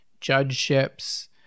judgeships